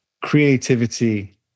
Creativity